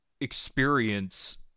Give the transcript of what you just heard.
experience